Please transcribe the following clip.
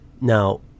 Now